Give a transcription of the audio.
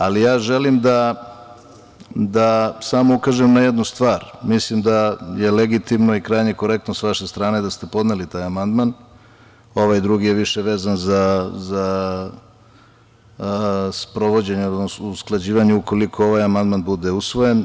Ali, ja želim samo da ukažem na jednu stvar, mislim da je legitimno i krajnje korektno sa vaše strane da ste podneli taj amandman, ovaj drugi je više vezan za usklađivanje ukoliko ovaj amandman bude usvojen.